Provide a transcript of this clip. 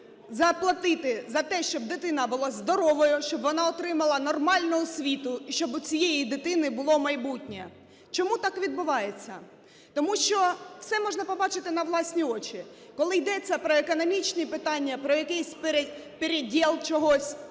заплатити за те, щоб дитина була здоровою, щоб вона отримала нормальну освіту і щоб у цієї дитини було майбутнє. Чому так відбувається? Тому що це можна побачити на власні очі. Коли йдеться про економічні питання, про якийсь пєрєдєл чогось,